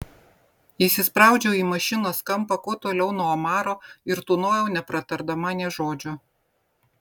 įsispraudžiau į mašinos kampą kuo toliau nuo omaro ir tūnojau nepratardama nė žodžio